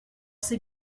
c’est